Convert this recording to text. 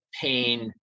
pain